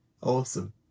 Awesome